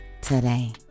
today